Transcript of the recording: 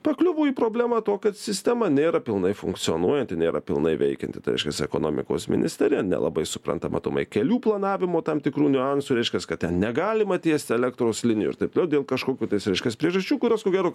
pakliuvo į problemą to kad sistema nėra pilnai funkcionuojanti nėra pilnai veikianti tai reiškias ekonomikos ministerija nelabai supranta matomai kelių planavimo tam tikrų niuansų reiškias kad ten negalima tiesti elektros linijų ir taip toliau dėl kažkokių tais reiškiasi priežasčių kurios ko gero kada nė pats matei